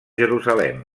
jerusalem